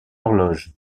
horloge